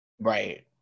right